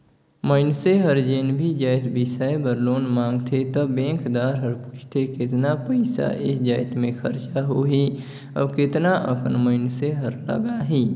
मइनसे हर जेन भी जाएत बिसाए बर लोन मांगथे त बेंकदार हर पूछथे केतना पइसा ए जाएत में खरचा होही अउ केतना अकन मइनसे हर लगाही